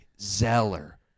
Zeller